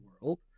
world